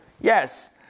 yes